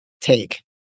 take